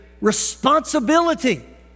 responsibility